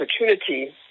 opportunity